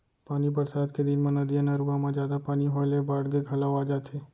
पानी बरसात के दिन म नदिया, नरूवा म जादा पानी होए ले बाड़गे घलौ आ जाथे